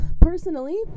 personally